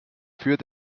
führt